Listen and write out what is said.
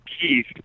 Keith